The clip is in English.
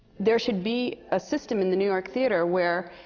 there should be a system in the new york theatre, where